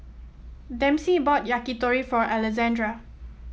Dempsey bought Yakitori for Alessandra